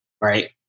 right